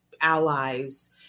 allies